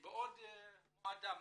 מבעוד מועד.